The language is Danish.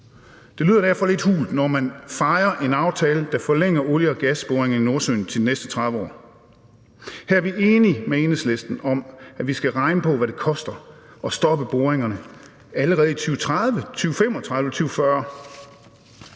Det lyder derfor lidt hult, når man fejrer en aftale, der forlænger olie- og gasboringerne i Nordsøen til de næste 30 år. Her er vi enige med Enhedslisten om, at vi skal regne på, hvad det koster at stoppe boringerne allerede i 2030, 2035, 2040.